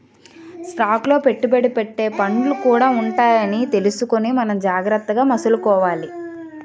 stock లో పెట్టుబడి పెట్టే ఫండ్లు కూడా ఉంటాయని తెలుసుకుని మనం జాగ్రత్తగా మసలుకోవాలి